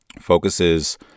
focuses